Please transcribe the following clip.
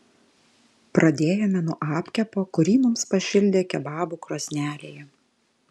pradėjome nuo apkepo kurį mums pašildė kebabų krosnelėje